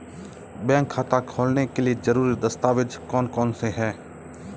Bank खाता खोलने के लिए ज़रूरी दस्तावेज़ कौन कौनसे हैं?